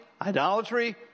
idolatry